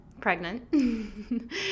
pregnant